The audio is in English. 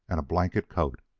and blanket coat.